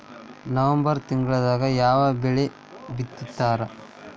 November ತಿಂಗಳದಾಗ ಯಾವ ಬೆಳಿ ಬಿತ್ತತಾರ?